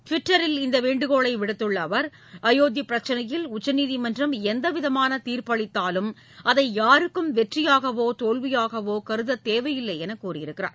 டுவிட்டரில் இந்த வேண்டுகோளை விடுத்துள்ள அவர் அயோத்தி பிரச்சினையில் உச்சநீதிமன்றம் எந்தவிதமான தீர்ப்பளித்தாலும் அதை யாருக்கும் வெற்றியாகவோ தோல்வியாகவோ கருத தேவையில்லை என்ற கூறியிருக்கிறார்